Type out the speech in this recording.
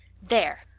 there!